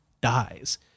dies